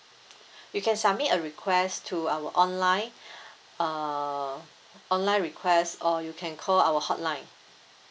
you can submit a request to our online err online request or you can call our hotline